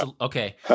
okay